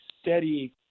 steady